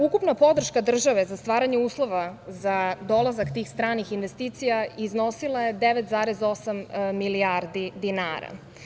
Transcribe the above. Ukupna podrška države za stvaranje uslova za dolazak tih stranih investicija iznosila je 9,8 milijardi dinara.